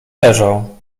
leżał